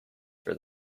for